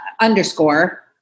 underscore